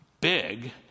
Big